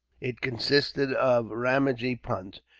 it consisted of ramajee punt,